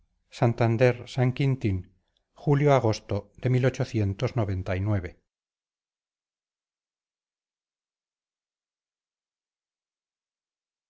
santander san quintín julio agosto de